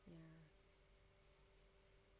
ya